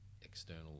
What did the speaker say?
external